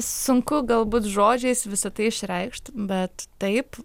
sunku galbūt žodžiais visa tai išreikšt bet taip